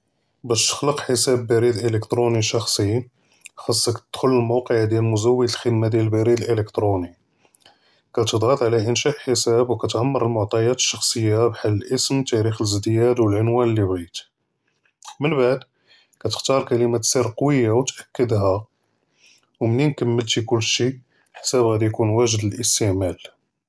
באש תخلְק חִסאבּ ברִיד אלאִכתרוֹנִי שַּחְצִי, חאצכ תדכּ'ל ללמוּקע דיאל מְזוּוד אלחִ'דְמָה דיאל אלברִיד אלאִכתרוֹנִי, כתדְעַט עלא אינשָא חִסאבּ וּכתעַמֶר אלמֻעטָיַאת אלשַּחְצִיָה בחאל אלאסְם, תארִיך אלאִזְדִיָאד וּלעִנוָאן לִי בּעְ'ית, מןבעד כּתכּתאר כּלִמת סִר קוִיָה ותְאַכְּדהָא, ומן כּמלְתִי כלשי, אלחִסאבּ עאדִי יכון ואגֵ'ד לִלאסְתעמָאל.